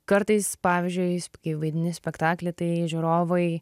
kartais pavyzdžiui kai vaidini spektaklį tai žiūrovai